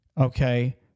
okay